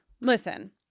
Listen